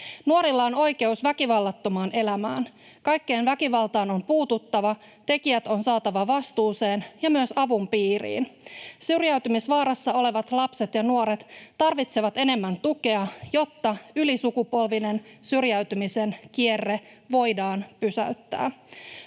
Nuorilla on oikeus väkivallattomaan elämään. Kaikkeen väkivaltaan on puututtava, tekijät on saatava vastuuseen ja myös avun piiriin. Syrjäytymisvaarassa olevat lapset ja nuoret tarvitsevat enemmän tukea, jotta ylisukupolvinen syrjäytymisen kierre voidaan pysäyttää.